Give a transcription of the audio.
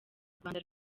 rwanda